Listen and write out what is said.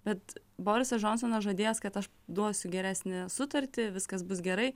bet borisas džonsonas žadėjęs kad aš duosiu geresnę sutartį viskas bus gerai